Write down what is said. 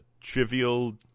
Trivial